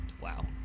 wow